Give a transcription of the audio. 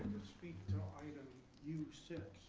speak to item u six.